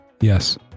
Yes